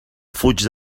fuig